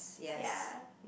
ya